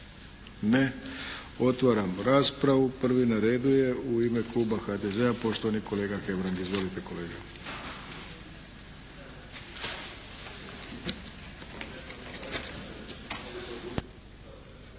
Ne. Otvaram raspravu. Prvi na redu je u ime kluba HDZ-a poštovani kolega Hebrang. Izvolite kolega!